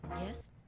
Yes